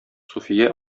суфия